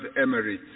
Emirates